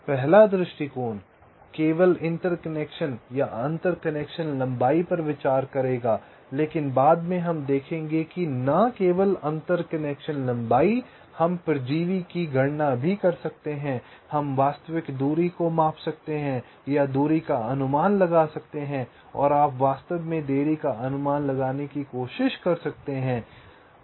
पहला दृष्टिकोण केवल अंतर कनेक्शन लंबाई पर विचार करेगा लेकिन बाद में हम देखेंगे कि न केवल अंतर कनेक्शन लंबाई हम परजीवी की गणना भी कर सकते हैं हम वास्तविक दूरी को माप सकते हैं या दूरी का अनुमान लगा सकते हैं और आप वास्तव में देरी का अनुमान लगाने की कोशिश कर सकते हैं